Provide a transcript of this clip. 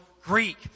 Greek